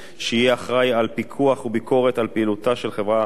שיהיה אחראי על פיקוח וביקורת על פעילותה של החברה הבת,